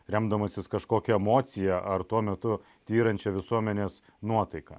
remdamasis kažkokią emociją ar tuo metu tvyrančią visuomenės nuotaika